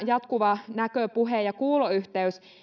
jatkuva näkö puhe ja kuuloyhteys